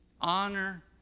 Honor